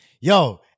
Yo